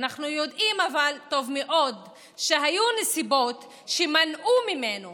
ואנחנו יודעים טוב מאוד שהיו נסיבות שמנעו ממנו